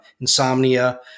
insomnia